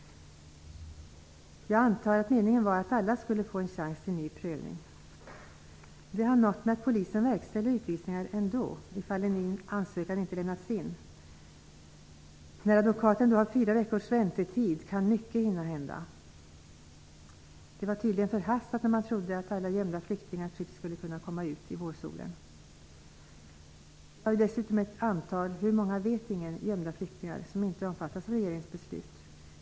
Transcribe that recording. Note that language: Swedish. Jag antar att meningen var att alla skulle få en chans till ny prövning. Det har nått mig att polisen verkställer utvisningar ändå, ifall ny ansökan inte lämnats in. När advokaten då har fyra veckors väntetid, kan mycket hinna hända. Det var tydligen förhastat när man trodde att alla gömda flyktingar tryggt skulle kunna komma ut i vårsolen. Det finns dessutom ett antal -- hur många vet ingen -- gömda flyktingar som inte omfattas av regeringens beslut.